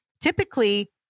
Typically